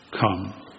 Come